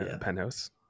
Penthouse